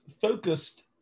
focused